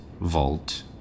vault